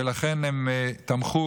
ולכן הם תמכו